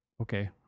okay